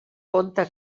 conte